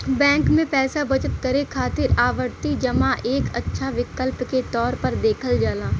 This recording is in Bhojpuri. बैंक में पैसा बचत करे खातिर आवर्ती जमा एक अच्छा विकल्प के तौर पर देखल जाला